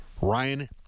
Ryan